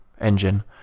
engine